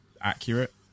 accurate